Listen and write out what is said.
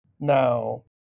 Now